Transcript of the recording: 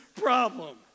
problem